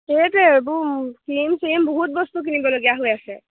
ত' সেইটোৱে এইবােৰ cream serum বহুত বস্তু কিনিবলগীয়া হৈ আছে